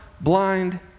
blind